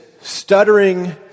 stuttering